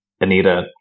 Anita